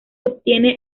obtiene